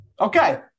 Okay